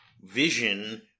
vision